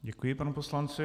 Děkuji panu poslanci.